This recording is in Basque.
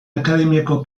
akademiako